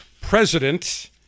president